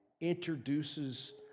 introduces